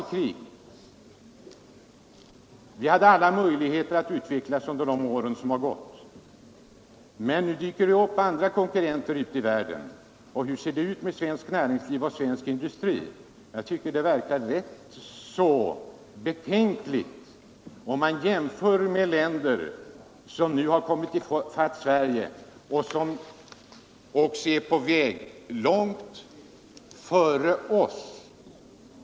Industrin hade alla möjligheter att utvecklas under de år som gått, men nu dyker det upp konkurrenter ute i världen med en betydligt mera modern och utvecklad industri. Hur ser det nu ut med svenskt näringsliv och svensk industri? Jag tycker att det hela verkar ganska betänkligt, om vi jämför med länder som nu har kommit i kapp Sverige och som numera ligger långt före Sverige.